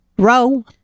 Row